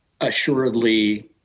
assuredly